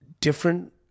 different